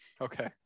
Okay